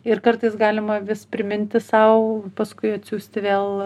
ir kartais galima vis priminti sau paskui atsiųsti vėl